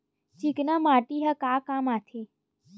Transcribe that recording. चिकना माटी ह का काम आथे?